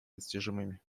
достижимы